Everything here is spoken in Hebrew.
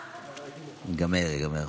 לא ייגמר?